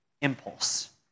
impulse